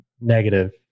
negative